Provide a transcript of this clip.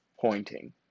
pointing